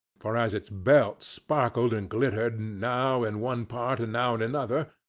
for as its belt sparkled and glittered now in one part and now in another,